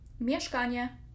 Mieszkanie